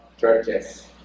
churches